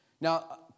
Now